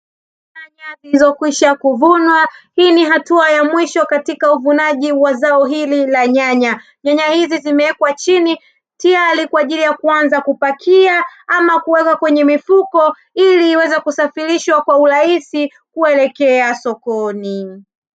Nyanya zilizokwisha kuvunwa hii ni hatua ya mwisho katika uvunaji wa zao hili la nyanya. Nyanya hizi zimewekwa chini, tayari kwa ajili ya kuanza kupakia, ama kuwekwa kwenye mifuko, ili iweze kusafirishwa kwa urahisi kuelekea sokoni.